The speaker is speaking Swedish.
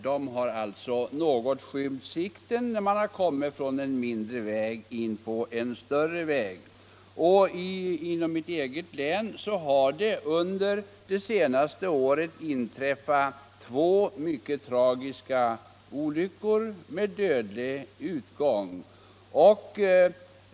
De har skymt sikten något när man kommit från en mindre väg upp på en större. Inom mitt eget län har under det senaste året inträffat två mycket tragiska olyckor, med dödlig utgång, i sådana korsningar.